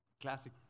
classic